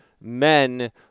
men